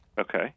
Okay